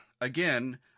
again